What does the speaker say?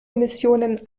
missionen